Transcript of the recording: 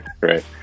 right